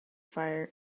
fire